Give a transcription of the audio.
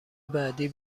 بعدی